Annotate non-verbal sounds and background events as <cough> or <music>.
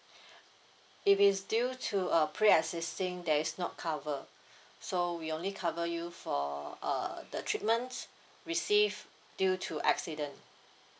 <breath> if it's due to a pre-existing that is not cover so we only cover you for uh the treatments received due to accident